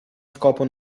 scopo